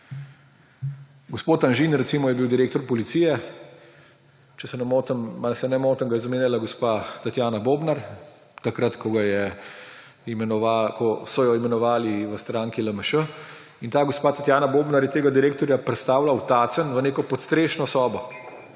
Velički., recimo, je bil direktor Policije, če se ne motim oziroma se ne motim, da ga je zamenjala gospa Tatjana Bobnar takrat, ko so jo imenovali v stranki LMŠ. In ta gospa Tatjana Bobnar je tega direktorja prestavila v Tacen v neko podstrešno sobo,